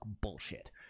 bullshit